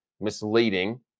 misleading